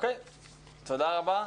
תודה רבה.